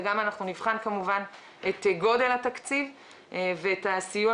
וגם נבחן כמובן את גודל התקציב ואת הסיוע